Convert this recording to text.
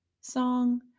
song